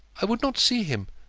i would not see him,